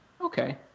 Okay